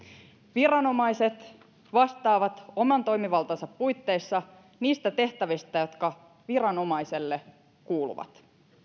viranomaiset vastaavat oman toimivaltansa puitteissa niistä tehtävistä jotka viranomaiselle kuuluvat